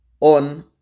On